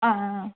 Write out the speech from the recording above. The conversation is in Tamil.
ஆ ஆ ஆ